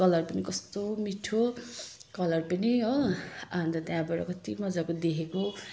colour पनि कस्तो मिठो कलर पनि हो अन्त त्यहाँबाट कति मजाको देखेको